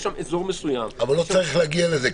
יש שם אזור מסוים --- אבל לא צריך להגיע לזה,